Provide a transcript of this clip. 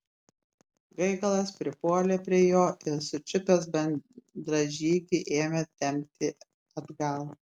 gaigalas pripuolė prie jo ir sučiupęs bendražygį ėmė tempti atgal